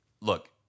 Look